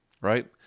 right